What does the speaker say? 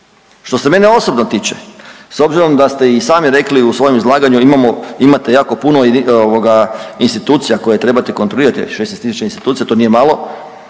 Što se mene osobno tiče s obzirom da ste i sami rekli u svojem izlaganju imamo, imate jako puno ovoga institucija koje trebate kontrolirati, 16 tisuća institucija, to nije malo,